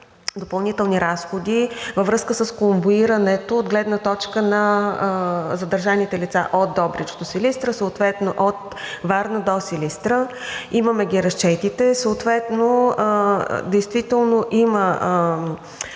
допълнителни разходи във връзка с конвоирането от гледна точка на задържаните лица от Добрич до Силистра, съответно от Варна до Силистра. Имаме разчетите. Действително има